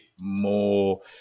more